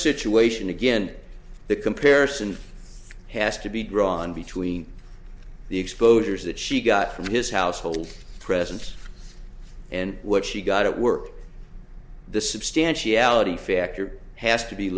situation again the comparison has to be drawn between the exposures that she got from his household presence and what she got at work the substantiality factor has to be